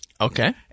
Okay